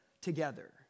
together